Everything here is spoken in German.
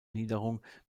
niederung